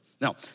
Now